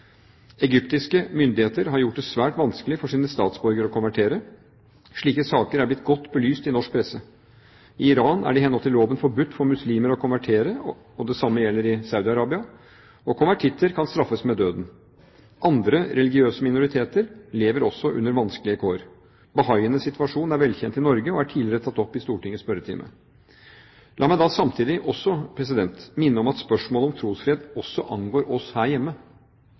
Egyptiske myndigheter har gjort det svært vanskelig for sine statsborgere å konvertere. Slike saker er blitt godt belyst i norsk presse. I Iran er det i henhold til loven forbudt for muslimer å konvertere, det samme gjelder i Saudi-Arabia, og konvertitter kan straffes med døden. Andre religiøse minoriteter lever også under vanskelige kår. Bahaienes situasjon er velkjent i Norge og er tidligere tatt opp i Stortingets spørretime. La meg samtidig minne om at spørsmålet om trosfrihet også angår oss her hjemme.